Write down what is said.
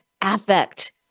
affect